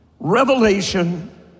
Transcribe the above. Revelation